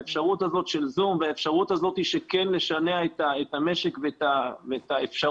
האפשרות הזאת של "זום" והאפשרות שכן נשנע את המשק ואת האפשרות,